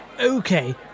Okay